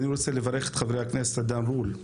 אני רוצה לברך את חברי הכנסת עידן רול,